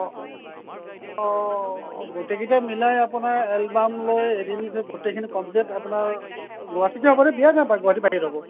অঁ অ' গোটেইকেইটা মিলাই আপোনাৰ এলবাম লৈ এদিন ভিতৰত গোটেইখিনি কমপ্লিট আপোনাৰ গুৱাহাটীতে হ'ব নে বিয়া নে গুৱাহাটীৰ বাহিৰত হ'ব